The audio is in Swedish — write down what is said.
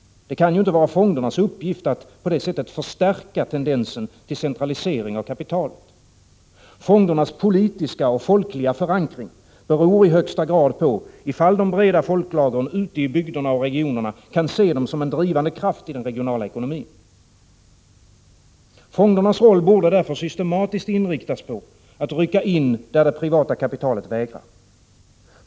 Det kan ju inte vara fondernas uppgift att på detta sätt förstärka tendensen till centralisering av kapitalet. Fondernas politiska och folkliga förankring beror i högsta grad på ifall de breda folklagren ute i bygderna och regionerna kan se fonderna som en drivande kraft i den regionala ekonomin. Fondernas roll borde därför systematiskt inriktas på att de skall rycka in där det privata kapitalet vägrar.